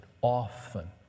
often